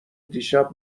دیشب